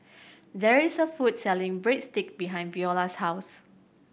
there is a food selling Breadsticks behind Viola's house